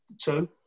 two